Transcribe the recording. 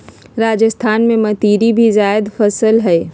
राजस्थान में मतीरी भी जायद फसल हइ